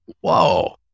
whoa